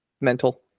Mental